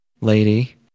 Lady